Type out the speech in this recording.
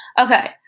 Okay